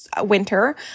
winter